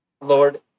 Lord